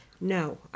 No